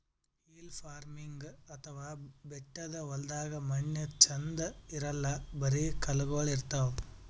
hill farming ಅಥವಾ ಬೆಟ್ಟದ್ ಹೊಲ್ದಾಗ ಮಣ್ಣ್ ಛಂದ್ ಇರಲ್ಲ್ ಬರಿ ಕಲ್ಲಗೋಳ್ ಇರ್ತವ್